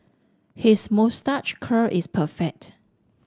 his moustache curl is perfect